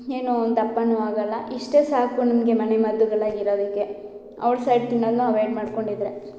ಏನು ದಪ್ಪನು ಆಗಲ್ಲ ಇಷ್ಟೆ ಸಾಕು ನಮಗೆ ಮನೆ ಮದ್ದುಗಳಾಗಿರೋದಿಕ್ಕೆ ಔಟ್ಸೈಡ್ ತಿನೋದನ್ನ ಅವಾಯ್ಡ್ ಮಾಡ್ಕೊಂಡಿದ್ದರೆ